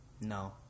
No